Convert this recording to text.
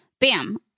Bam